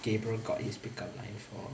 gabriel got his pick up line from